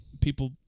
people